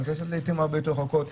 היא מתכנסת לעיתים הרבה יותר רחוקות.